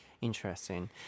Interesting